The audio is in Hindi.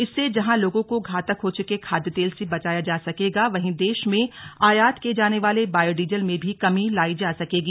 इससे जहां लोगों को घातक हो चुके खाद्य तेल से बचाया जा सकेगा वहीं देश में आयात किये जाने वाले बायोडीजल में भी कमी लाई जा सकेगी